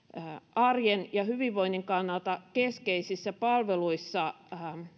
arjen ja hyvinvoinnin kannalta keskeisissä palveluissa